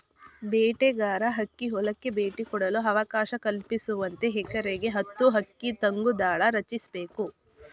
ಬೇಟೆಗಾರ ಹಕ್ಕಿ ಹೊಲಕ್ಕೆ ಭೇಟಿ ಕೊಡಲು ಅವಕಾಶ ಕಲ್ಪಿಸುವಂತೆ ಎಕರೆಗೆ ಹತ್ತು ಹಕ್ಕಿ ತಂಗುದಾಣ ರಚಿಸ್ಬೇಕು